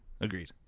Agreed